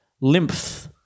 lymph